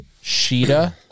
Sheeta